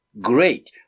great